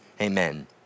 amen